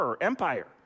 Empire